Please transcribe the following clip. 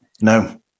no